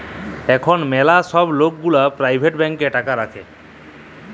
এখল ম্যালা ছব লক গুলা পারাইভেট ব্যাংকে টাকা রাখে